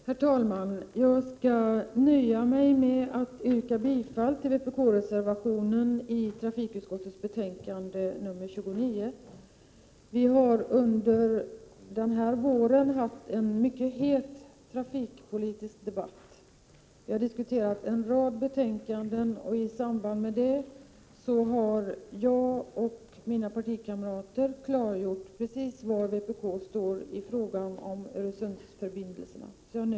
Herr talman! Jag skall nöja mig med att yrka bifall till vpk-reservationen i trafikutskottets betänkande 29. Vi har under den här våren haft en mycket het trafikpolitisk debatt. Vi har diskuterat en rad betänkanden, och i samband därmed har jag och mina partikamrater klargjort var vpk står i fråga om Öresundsförbindelserna.